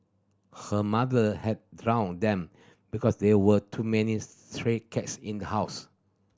her mother had drowned them because there were too many stray cats in the house